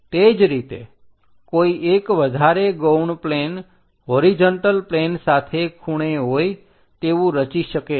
તે જ રીતે કોઈ એક વધારે ગૌણ પ્લેન હોરીજન્ટલ પ્લેન સાથે ખૂણે હોય તેવું રચી શકે છે